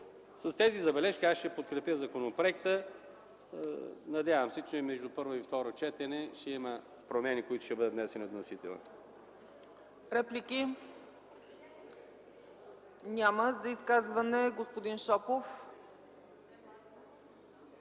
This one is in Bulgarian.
С тези забележки ще подкрепя законопроекта. Надявам се, че между първо и второ четене ще има промени, които ще бъдат инициирани от вносителя.